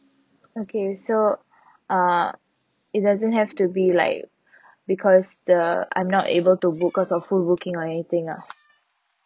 okay so uh it doesn't have to be like because the I'm not able to book cause of full booking or anything ah